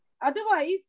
otherwise